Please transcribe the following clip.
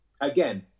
again